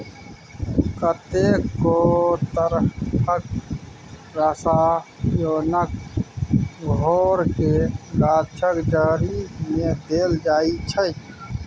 कतेको तरहक रसायनक घोलकेँ गाछक जड़िमे देल जाइत छै